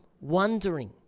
wondering